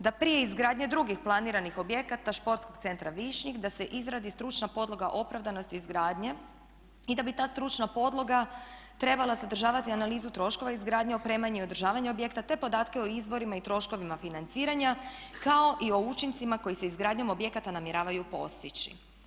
Da prije izgradnje drugih planiranih objekata sportskog centra Višnjik da se izradi stručna podloga opravdanosti izgradnje i da bi ta stručna podloga trebala sadržavati analizu troškova izgradnje, opremanje i održavanje objekta te podatke o izvorima i troškovima financiranja kao i o učincima koji se izgradnjom objekata namjeravaju postići.